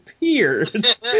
tears